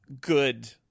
good